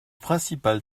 principal